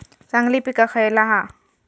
चांगली पीक खयला हा?